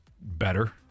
better